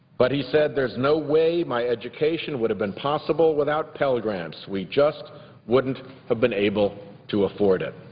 but he said there's no way my education would have been possible without pell grants. we just wouldn't have been able to afford it.